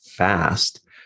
fast